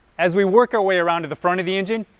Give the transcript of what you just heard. as we work our way around to the front of the engine,